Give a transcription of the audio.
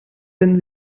wenden